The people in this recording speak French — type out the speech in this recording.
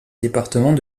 département